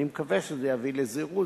אני מקווה שזה יביא לזירוז,